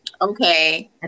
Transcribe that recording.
Okay